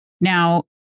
Now